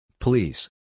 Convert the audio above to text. Please